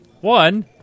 One